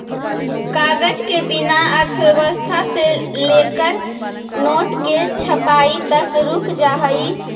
कागज के बिना अर्थव्यवस्था से लेकर नोट के छपाई तक रुक जा हई